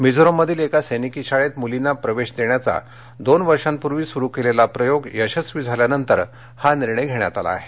मिझोरममधील एका सैनिक शाळेत मूलींना प्रवेश देण्याचा दोन वर्षापूर्वी सुरू केलेला प्रयोग यशस्वी झाल्यानंतर हा निर्णय घेण्यात आला आहे